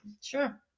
Sure